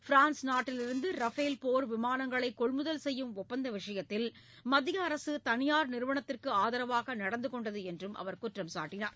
France நாட்டிலிருந்து Rafale போர் விமானங்களை கொள்முதல் செய்யும் ஒப்பந்த விஷயத்தில் மத்திய அரசு தனியார் நிறுவனத்திற்கு ஆதரவாக நடந்து கொண்டது என்றும் அவர் குற்றம் சாட்டினார்